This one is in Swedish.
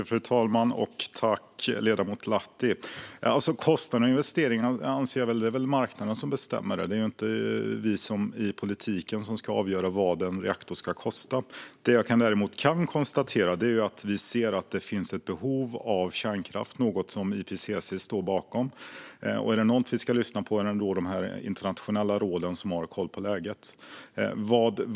Fru talman! Tack, ledamot Lahti! Kostnaderna och investeringarna är det marknaden som bestämmer över. Det är inte vi i politiken som ska avgöra vad en reaktor ska kosta. Vad jag däremot kan konstatera är att det finns ett behov av kärnkraft, något som IPCC står bakom. Är det något vi ska lyssna på är det de internationella råden, som har koll på läget.